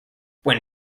when